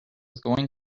going